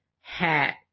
hat